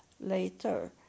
later